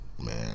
Man